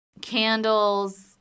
Candles